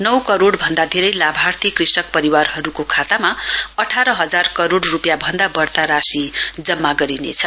नौ करोड़ भन्दा धेरै लाभार्थी कृषक परिवारहरूको खातामा अठार हजार करोइ रुपियाँ भन्दा बढ़ता राशि जम्मा गरिनेछ